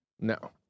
no